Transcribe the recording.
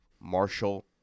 Marshall